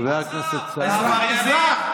אזרח,